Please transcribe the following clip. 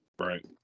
right